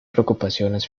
preocupaciones